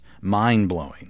mind-blowing